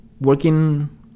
working